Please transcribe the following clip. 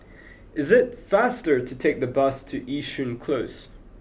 is it faster to take the bus to Yishun Close